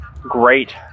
great